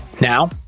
Now